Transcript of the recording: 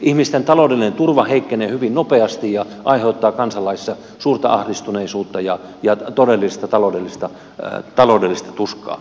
ihmisten taloudellinen turva heikkenee hyvin nopeasti ja aiheuttaa kansalaisissa suurta ahdistuneisuutta ja todellista taloudellista tuskaa